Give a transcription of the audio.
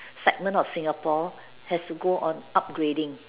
segment of Singapore have to go on upgrading